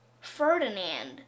Ferdinand